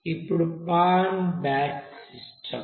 ఇప్పుడు pan batch system